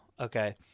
okay